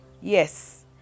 Yes